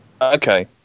Okay